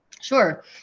Sure